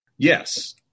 Yes